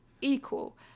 equal